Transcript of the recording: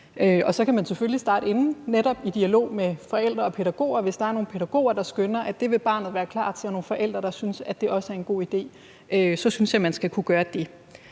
år. Så kan man selvfølgelig starte inden, netop i dialog med forældre og pædagoger. Hvis der er nogle pædagoger, der skønner, at det vil barnet være klar til, og hvis der er nogle forældre, der også synes, det er en god idé, så synes jeg, man skal kunne gøre det.